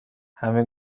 همه